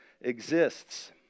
exists